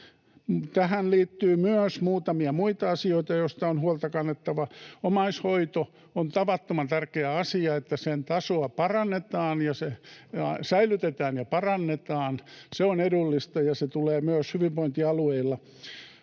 Tähän liittyy myös muutamia muita asioita, joista on kannettava huolta. Omaishoito: On tavattoman tärkeä asia, että sen taso säilytetään ja sitä parannetaan. Se on edullista, ja se tulee myös hyvinvointialueilla